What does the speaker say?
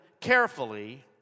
carefully